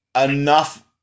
enough